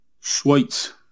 Sweet